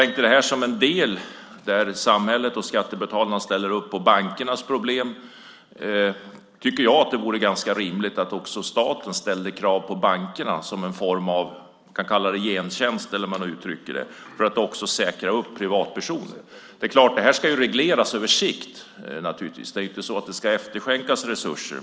När nu samhället och skattebetalarna ställer upp för bankernas problem tycker jag att det vore ganska rimligt att också staten ställde krav på bankerna att som en form av gentjänst, eller hur man nu vill uttrycka det, ställa upp för privatpersoner. Detta ska naturligtvis regleras på sikt. Det är inte så att det ska efterskänkas resurser.